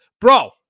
bro